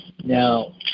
now